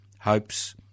Hopes